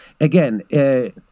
again